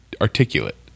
articulate